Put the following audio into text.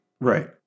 Right